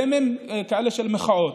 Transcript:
בימים כאלה של מחאות,